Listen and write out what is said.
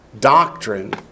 doctrine